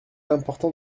important